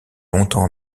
longtemps